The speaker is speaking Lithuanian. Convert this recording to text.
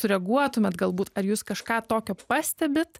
sureaguotumėt galbūt ar jūs kažką tokio pastebit